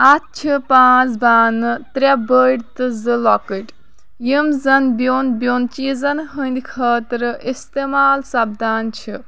اَتھ چھِ پانٛژھ بانہٕ ترےٚ بٔڑۍ تہٕ زٕ لۄکٕٹۍ یِم زَن بیٚون بیٚون چیٖزَن ہٕنٛدۍ خٲطرٕ اِستعمال سَپدان چھِ